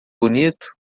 bonito